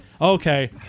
okay